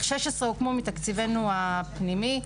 16 הוקמו מתקציבנו הפנימי,